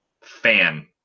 fan